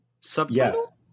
Subtitle